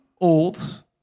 old